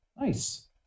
Nice